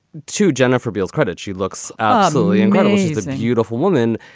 to jennifer beals credit, she looks ah lovely and models and beautiful woman.